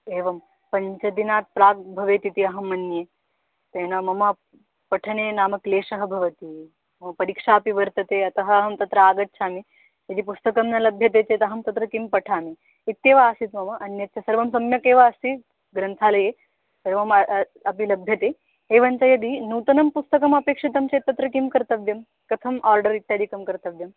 एवं पञ्चदिनात् प्राग् भवेत् इति अहं मन्ये तेन मम पठने नाम क्लेशः भवति मम परीक्षापि वर्तते अतः अहम् अत्र आगच्छामि यदि पुस्तकं न लभ्यते चेत् अहं तत्र किं पठामि इत्येव आसीत् मम अन्यच्च सर्वं सम्यकेव अस्ति ग्रन्थालये एवम् अपि लभ्यते एवञ्च यदि नूतनं पुस्तकम् अपेक्षितं चेत् तत्र किं कर्तव्यं कथम् ओर्डर् इत्यादिकं कर्तव्यम्